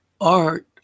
art